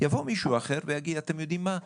יבוא מישה ואחר ויגיד, אתם יודעים מה?